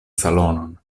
salonon